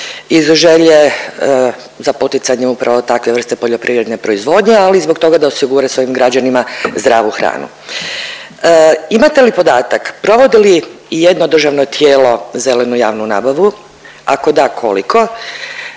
i zaželio je za poticanje upravo takve vrste poljoprivredne proizvodnje, ali i zbog toga da osigura svojim građanima zdravu hranu. Imate li podatak, provodi li ijedno državno tijelo zelenu javnu nabavu, ako da koliko